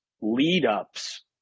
lead-ups